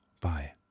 Bye